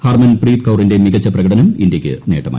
ഹർമൻ പ്രീത് കൌറിന്റെ മികച്ച പ്രകടനം ഇന്ത്യയ്ക്ക് നേട്ടമായി